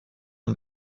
and